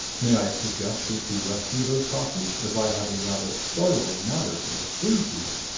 may i suggest that you rescue those copies, as i have a rather startling matter to make clear to you?